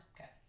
Okay